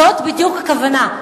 זאת בדיוק הכוונה.